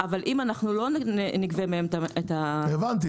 אבל אם אנחנו לא נגבה מהם את ה --- הבנתי,